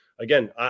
Again